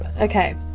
okay